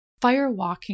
firewalking